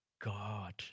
God